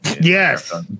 Yes